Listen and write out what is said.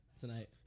tonight